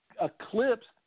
eclipsed